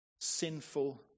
sinful